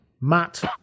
Matt